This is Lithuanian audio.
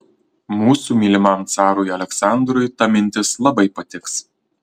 mūsų mylimam carui aleksandrui ta mintis labai patiks